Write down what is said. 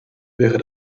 wäre